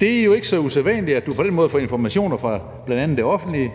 Det er jo ikke så usædvanligt, at du på den måde får informationer fra bl.a. det offentlige,